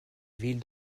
ville